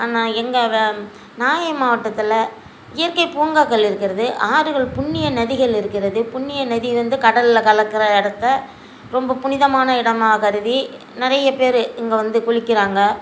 ஆனால் எங்கள் வ நாகை மாவட்டத்தில் இயற்கை பூங்காக்கள் இருக்கிறது ஆறுகள் புண்ணிய நதிகள் இருக்கிறது புண்ணிய நதி வந்து கடலில் கலக்கிற இடத்த ரொம்ப புனிதமான இடமாக கருதி நிறைய பேர் இங்கே வந்து குளிக்கிறாங்க